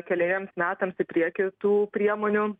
keleriems metams į priekį tų priemonių